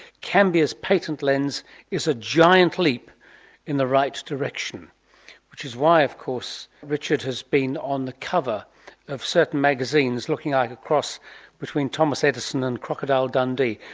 cambia's patent lens is a giant leap in the right direction' which is why of course richard has been on the cover of certain magazines looking like a cross between thomas edison and crocodile dundee.